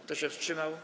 Kto się wstrzymał?